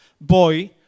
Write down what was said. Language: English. boy